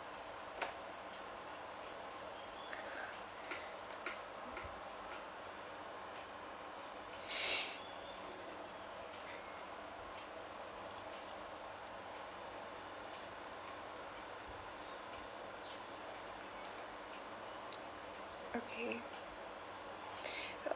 okay